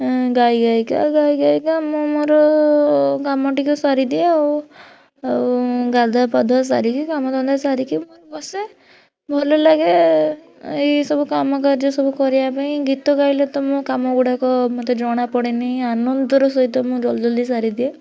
ଅ ଗାଇ ଗାଇ କା ଗାଇ ଗାଇ କା ମୁଁ ମୋର କାମ ଟିକେ ସାରି ଦିଏ ଆଉ ଆଉ ଗାଧୁଆ ପାଧୁଆ ସାରିକି କାମ ଧନ୍ଦା ସାରିକି ମୋର ବସେ ଭଲ ଲାଗେ ଏଇ ସବୁ କାମକାର୍ଯ୍ୟ ସବୁ କରିବା ପାଇଁ ଗୀତ ଗାଇଲେ ତ ମୋ କାମ ଗୁଡ଼ାକ ମୋତେ ଜଣା ପଡ଼େନି ଆନନ୍ଦର ସହିତ ମୁଁ ଜଳଦି ଜଳଦି ସାରିଦିଏ